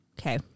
Okay